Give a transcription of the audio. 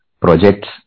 projects